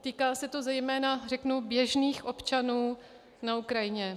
Týká se to zejména, řeknu, běžných občanů na Ukrajině.